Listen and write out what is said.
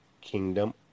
kingdom